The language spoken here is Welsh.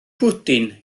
bwdin